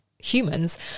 humans